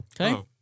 Okay